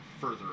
further